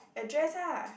a dress ah